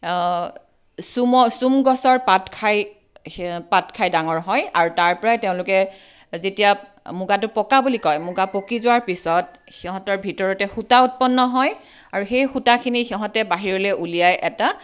চোমৰ চোমগছৰ পাত খাই সেই পাত খাই ডাঙৰ হয় আৰু তাৰপৰাই তেওঁলোকে যেতিয়া মুগাটো পকা বুলি কয় মুগা পকি যোৱাৰ পিছত সিহঁতৰ ভিতৰতে সূতা উৎপন্ন হয় আৰু সেই সূতাখিনি সিহঁতে বাহিৰলৈ উলিয়াই এটা